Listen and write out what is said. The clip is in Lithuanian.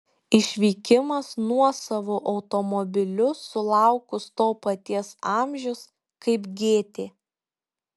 išvykimas nuosavu automobiliu sulaukus to paties amžiaus kaip gėtė